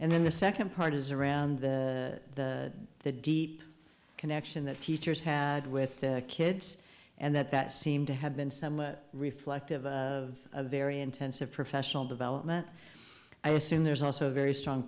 and then the second part is around the deep connection that teachers had with the kids and that that seemed to have been some reflective of a very intensive professional development i assume there's also a very strong